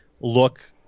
look